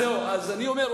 אז אני אומר,